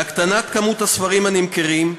בהקטנת כמות הספרים הנמכרים,